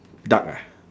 duck ah